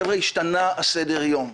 חבר'ה, השתנה סדר היום.